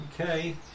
Okay